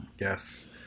Yes